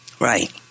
Right